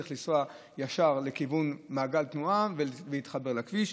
צריך לנסוע ישר לכיוון מעגל תנועה ולהתחבר לכביש.